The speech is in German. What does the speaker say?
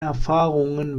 erfahrungen